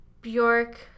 Bjork